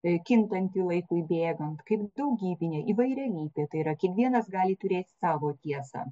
kintanti laikui bėgant kaip daugybinė įvairialypė tai yra kiekvienas gali turėti savo tiesą